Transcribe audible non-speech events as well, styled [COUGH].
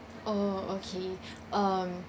oh okay [BREATH] um